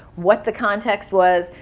what the context was.